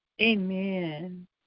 Amen